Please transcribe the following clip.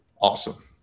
Awesome